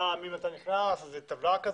מי נכנס, יכין איזו טבלה.